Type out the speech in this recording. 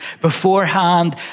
Beforehand